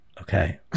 okay